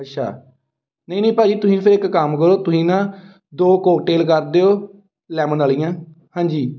ਅੱਛਾ ਨਹੀਂ ਨਹੀਂ ਭਾਅ ਜੀ ਤੁਸੀਂ ਫਿਰ ਇੱਕ ਕੰਮ ਕਰੋ ਤੁਸੀਂ ਨਾ ਦੋ ਕੋਕਟੇਲ ਕਰ ਦਿਓ ਲੈਮਨ ਵਾਲੀਆਂ ਹਾਂਜੀ